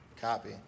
Copy